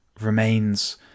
remains